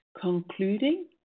concluding